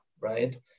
right